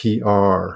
PR